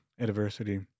Adversity